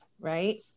right